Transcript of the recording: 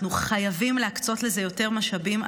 אנחנו חייבים להקצות לזה יותר משאבים.